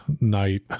night